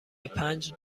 پنج